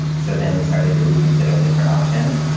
so then we started to reconsider different options.